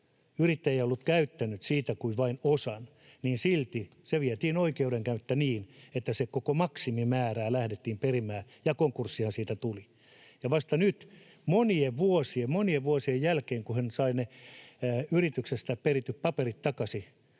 Yrittäjä ei ollut käyttänyt siitä kuin vain osan, mutta silti se vietiin oikeuden kautta niin, että sitä koko maksimimäärää lähdettiin perimään, ja konkurssihan siitä tuli. Vasta nyt monien vuosien jälkeen, kun hän sai ne yrityksestä perityt paperit takaisin,